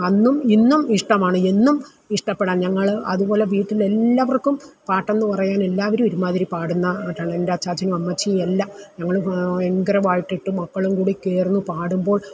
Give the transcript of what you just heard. അന്നും ഇന്നും ഇഷ്ടമാണ് എന്നും ഇഷ്ടപ്പെടാൻ ഞങ്ങൾ അതുപോലെ വീട്ടിലെല്ലാവർക്കും പാട്ടെന്നു പറയാൻ എല്ലാവരും ഒരുമാതിരി പാടുന്നതാണ് എൻ്റെ അച്ചാച്ചനും അമ്മച്ചിയുമെല്ലാം ഞങ്ങൾ ഭയങ്കര പാട്ടിട്ട് മക്കളും എല്ലാം കുടി ചേർന്ന് പാടുമ്പോൾ